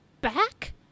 back